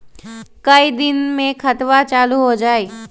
कई दिन मे खतबा चालु हो जाई?